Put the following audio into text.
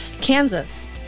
Kansas